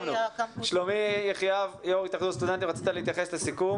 שלומי יחיאב, רצית להתייחס לסיכום.